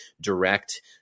direct